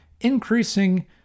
Increasing